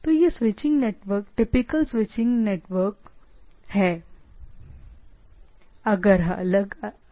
तो यह switching network typical switching network thing है और एक्सटर्नल चीजें हैं जो जा रही हैं